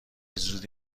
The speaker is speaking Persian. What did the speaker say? زودی